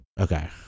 Okay